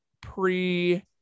pre-